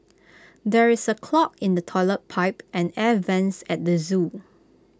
there is A clog in the Toilet Pipe and air Vents at the Zoo